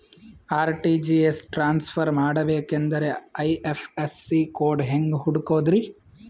RTGS transfer ಮಾಡಬೇಕೆಂದರೆ IFSC code ಹೆಂಗ್ ಹುಡುಕೋದ್ರಿ?